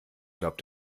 glaubt